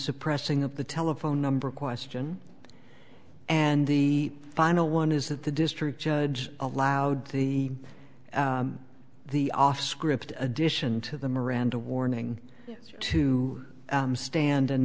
suppressing of the telephone number question and the final one is that the district judge allowed the the off script addition to the miranda warning to stand and